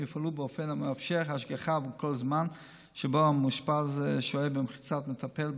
ויופעלו באופן המאפשר השגחה בכל זמן שבו המאושפז שוהה במחיצת מטפל,